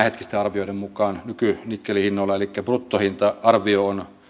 hetkisten arvioiden mukaan nikkelin nykyhinnoilla elikkä bruttokustannusarvio on